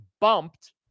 bumped